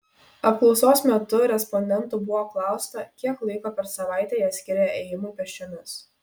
apklausos metu respondentų buvo klausta kiek laiko per savaitę jie skiria ėjimui pėsčiomis